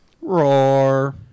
Roar